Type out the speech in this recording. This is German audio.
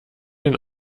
den